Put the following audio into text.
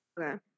Okay